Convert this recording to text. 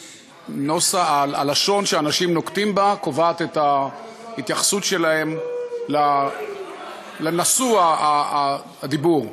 הלשון שהאנשים נוקטים קובעת את ההתייחסות שלהם למושא הדיבור,